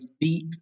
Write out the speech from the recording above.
deep